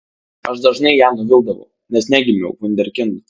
aš dažnai ją nuvildavau nes negimiau vunderkindu